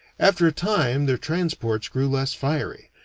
after a time their transports grew less fiery,